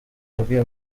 yabwiye